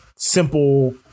Simple